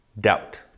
doubt